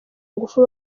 ngufu